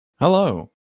Hello